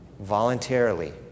voluntarily